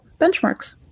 benchmarks